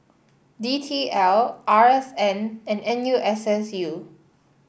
D T L R S N and N U S S U